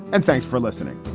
and thanks for listening